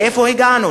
לאיפה הגענו?